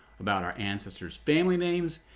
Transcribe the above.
about our ancestors family names,